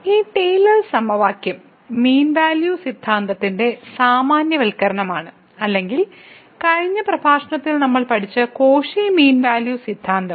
ഈ ടെയിലേഴ്സ് സമവാക്യം mean value സിദ്ധാന്തത്തിന്റെ സാമാന്യവൽക്കരണമാണ് അല്ലെങ്കിൽ കഴിഞ്ഞ പ്രഭാഷണത്തിൽ നമ്മൾ പഠിച്ച കോഷി മീൻ വാല്യൂ സിദ്ധാന്തം